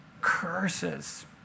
curses